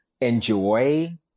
enjoy